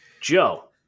Joe